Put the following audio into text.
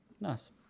Nice